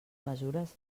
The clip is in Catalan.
mesures